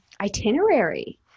itinerary